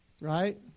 right